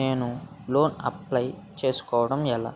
నేను loan apply చేసుకోవడం ఎలా?